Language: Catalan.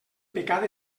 pecat